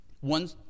One